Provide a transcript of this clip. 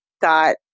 got